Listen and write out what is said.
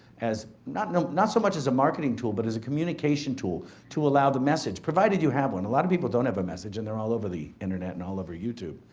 as, not not so much as a marketing tool, but as a communication tool to allow the message, provided you have one a lot of people don't have a message and they're all over the internet and all over youtube,